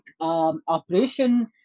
operation